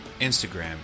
Instagram